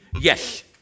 Yes